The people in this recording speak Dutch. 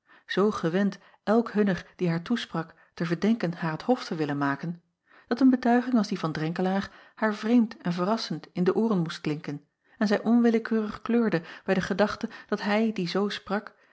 zoo gewend elk hunner die haar toesprak te verdenken haar het hof te willen maken dat een betuiging als die van renkelaer acob van ennep laasje evenster delen haar vreemd en verrassend in de ooren moest klinken en zij onwillekeurig kleurde bij de gedachte dat hij die zoo sprak